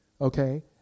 okay